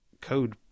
code